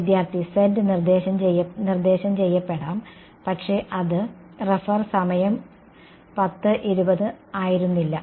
വിദ്യാർത്ഥി z നിർദ്ദേശം ചെയ്യപ്പെടാം പക്ഷേ അത് സമയം റഫർ ചെയ്യുക 1020 ആയിരുന്നില്ല